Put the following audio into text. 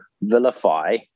vilify